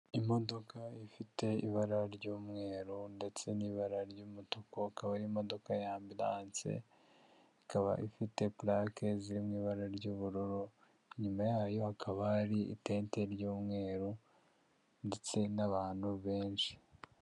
Iifite ibara ry'umweru ndetse n'ibara ry'umutuku akabaari imodoka ya ambilanse ikaba ifite pulake zirimo ibara ry'ubururu nyuma yayo hakaba hari itente ry'umweru ndetse n'abantu benshi.